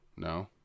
No